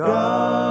God